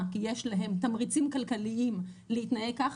כי יש להם תמריצים כלכליים להתנהג כך,